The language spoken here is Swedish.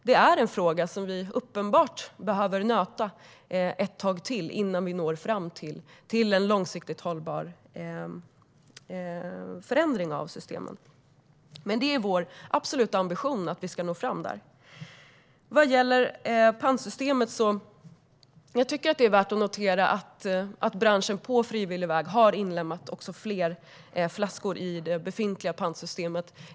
Det är en fråga som vi uppenbart behöver nöta ett tag till innan vi når fram till en långsiktigt hållbar förändring av systemen, men vår absoluta ambition är att vi ska nå fram dit. Vad gäller pantsystemet tycker jag att det är värt att notera att branschen på frivillig väg har inlemmat fler flaskor i det befintliga pantsystemet.